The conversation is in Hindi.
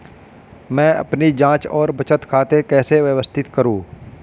मैं अपनी जांच और बचत खाते कैसे व्यवस्थित करूँ?